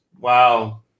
Wow